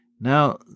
Now